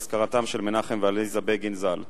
את אזכרתם של מנחם ועליזה בגין ז"ל.